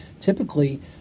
typically